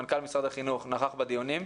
מנכ"ל משרד החינוך נכח בדיונים.